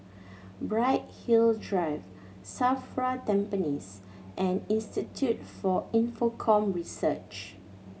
Bright Hill Drive SAFRA Tampines and Institute for Infocomm Research